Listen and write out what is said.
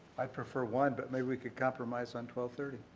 i prefer one but maybe we could compromise on twelve thirty.